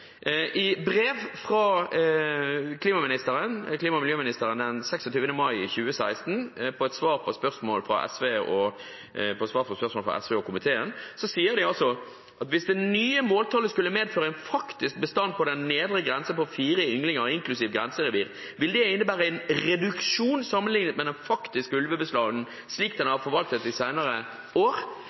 I brev fra klima- og miljøministeren den 26. mai 2016, i et svar på spørsmål fra SV og komiteen, sier statsråden altså: «Hvis det nye måltallet skulle medføre en faktisk bestand på den nedre grense på 4 ynglinger inklusiv grenserevir, ville det innebære en reduksjon sammenlignet med den faktiske ulvebestanden slik vi har forvaltet den de senere år.